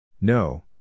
No